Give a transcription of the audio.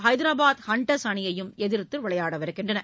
Hyderabad Hunters அணியையும் எதிர்த்து விளையாடுகின்றன